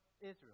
Israel